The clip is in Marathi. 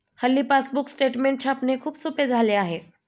हल्ली पासबुक स्टेटमेंट छापणे खूप सोपे झाले आहे